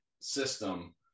system